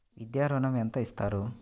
విద్యా ఋణం ఎంత ఇస్తారు?